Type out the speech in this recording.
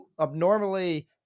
abnormally